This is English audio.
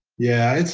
yeah,